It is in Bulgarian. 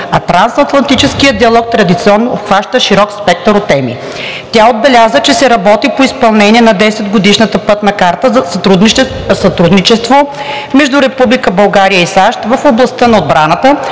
а трансатлантическият диалог традиционно обхваща широк спектър от теми. Тя отбеляза, че се работи по изпълнение на 10-годишна пътна карта за сътрудничество между Република България и САЩ в областта на отбраната,